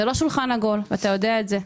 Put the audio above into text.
זה לא שולחן עגול, ואתה יודע את זה.